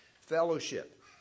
fellowship